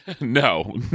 No